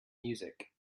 music